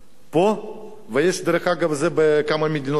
ודרך אגב, כך זה גם בכמה מדינות בעולם.